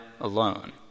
alone